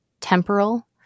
temporal